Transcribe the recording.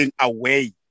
away